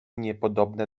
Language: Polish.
niepodobne